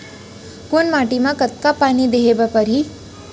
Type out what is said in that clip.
कोन माटी म कतका पानी देहे बर परहि?